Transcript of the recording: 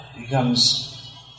becomes